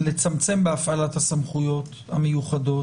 לצמצם בהפעלת הסמכויות המיוחדות,